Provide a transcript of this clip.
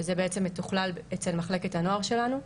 שזה בעצם מתוכלל אצל מחלקת הנוער שלנו.